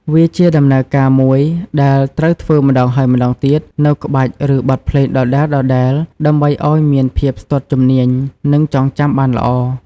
វាជាដំណើរការមួយដែលត្រូវធ្វើម្តងហើយម្តងទៀត នូវក្បាច់ ឬបទភ្លេងដដែលៗ ដើម្បីឱ្យមានភាពស្ទាត់ជំនាញ និងចងចាំបានល្អ។